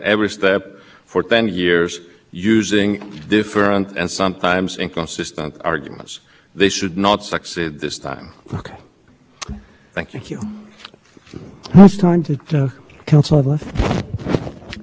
didn't need to be pointed to the statue we know the statute we know where it is we needed to be pointed to what the commission was thinking about doing and we had no notice that the commission was thinking about amending multiple rules and ignoring another standard and the opportunity to comment on it